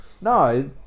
No